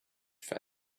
for